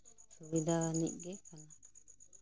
ᱥᱩᱵᱤᱫᱷᱟ ᱟᱹᱱᱤᱡ ᱜᱮ ᱠᱟᱱᱟ